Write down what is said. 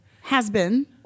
has-been